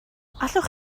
allwch